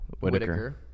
Whitaker